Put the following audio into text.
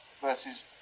versus